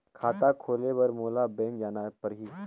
खाता खोले बर मोला बैंक जाना परही?